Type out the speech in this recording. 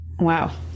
Wow